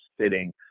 sitting